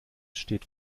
steht